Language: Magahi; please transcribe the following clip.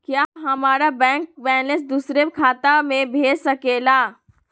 क्या हमारा बैंक बैलेंस दूसरे बैंक खाता में भेज सके ला?